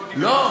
לא,